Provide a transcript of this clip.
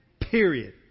Period